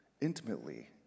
intimately